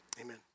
amen